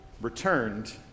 returned